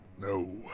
No